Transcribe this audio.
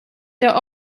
der